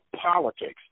politics